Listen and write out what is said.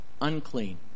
unclean